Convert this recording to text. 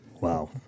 Wow